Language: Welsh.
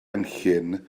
enllyn